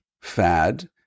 fad